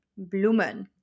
bloemen